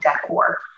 decor